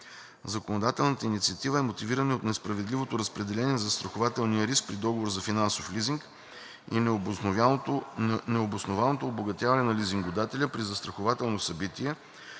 Законодателната инициатива е мотивирана от несправедливото разпределение на застрахователния риск при договор за финансов лизинг и необоснованото обогатяване на лизингодателя при застрахователно събитие,